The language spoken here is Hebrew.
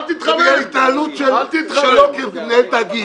זה ההתנהלות שלו כמנהל תאגיד.